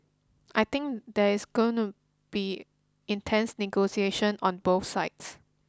I think there is gonna be intense negotiation on both sides